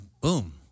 boom